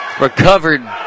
recovered